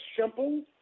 simple